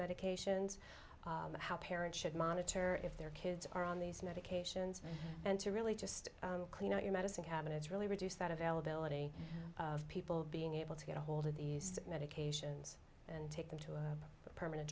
medications how parents should monitor if their kids are on these medications and to really just clean out your medicine cabinets really reduce that availability of people being able to get ahold of these medications and take them to a permanent